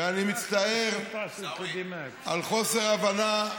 ואני מצטער על חוסר ההבנה,